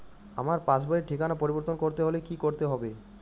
আমার পাসবই র ঠিকানা পরিবর্তন করতে হলে কী করতে হবে?